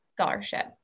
scholarship